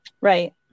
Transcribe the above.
Right